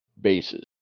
bases